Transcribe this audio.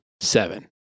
seven